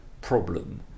problem